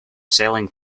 selling